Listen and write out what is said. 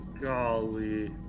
golly